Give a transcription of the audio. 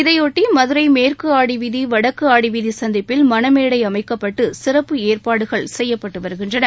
இதையொட்டி மதுரை மேற்கு ஆடி வீதி வடக்கு ஆடி வீதி சந்திப்பில் மணமேடை அமைக்கப்பட்டு சிறப்பு ஏற்பாடுகள் செய்யப்பட்டு வருகின்றன